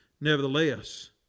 Nevertheless